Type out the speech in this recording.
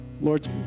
Lord